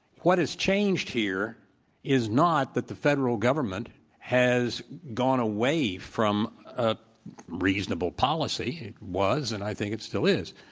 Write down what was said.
what has changed here is not that the federal government has gone away from a reasonable policy. it was, and i think it still is.